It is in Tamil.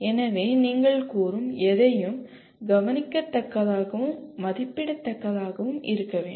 எனவே நீங்கள் கூறும் எதையும் கவனிக்கத்தக்கதாகவும் மதிப்பிடத்தக்கதாகவும் இருக்க வேண்டும்